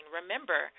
remember